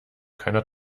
keiner